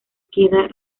queda